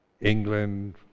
England